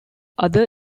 other